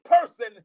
person